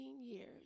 years